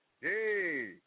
Hey